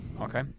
Okay